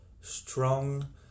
strong